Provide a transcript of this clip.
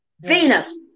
Venus